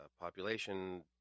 population